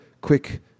quick